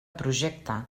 projecte